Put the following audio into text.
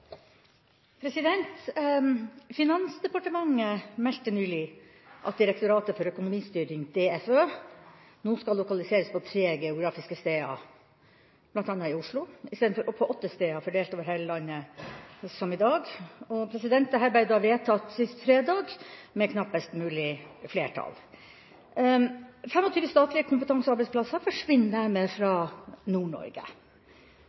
likestillingspolitikken. «Finansdepartementet meldte nylig at Direktoratet for økonomistyring nå skal lokaliseres på tre geografiske steder, bl.a. i Oslo, istedenfor på åtte steder fordelt på hele landet, som i dag. 25 statlige kompetansearbeidsplasser forsvinner dermed